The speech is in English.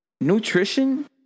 Nutrition